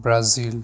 Brazil